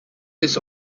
this